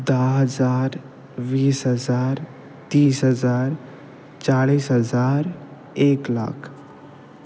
धा हजार वीस हजार तीस हजार चाळीस हजार एक लाख